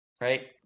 right